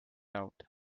out